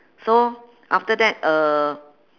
so after that uh